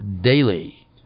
daily